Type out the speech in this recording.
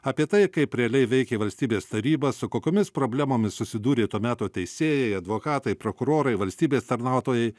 apie tai kaip realiai veikė valstybės taryba su kokiomis problemomis susidūrė to meto teisėjai advokatai prokurorai valstybės tarnautojai